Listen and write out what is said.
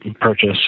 purchase